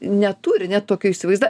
neturi net tokio įsivada